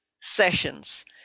sessions